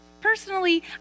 Personally